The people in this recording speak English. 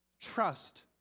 Trust